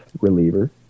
reliever